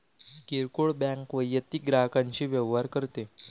किरकोळ बँक वैयक्तिक ग्राहकांशी व्यवहार करते